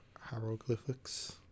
hieroglyphics